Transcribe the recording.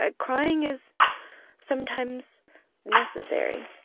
ah crying is sometimes necessary.